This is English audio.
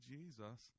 Jesus